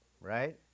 right